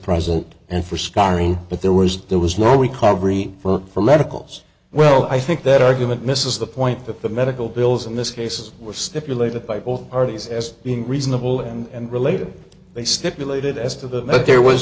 present and for scarring if there was there was no recovery look for medicals well i think that argument misses the point that the medical bills in this case were stipulated by both parties as being reasonable and related they stipulated as to the there was